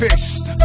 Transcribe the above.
Fist